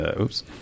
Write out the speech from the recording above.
Oops